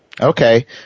Okay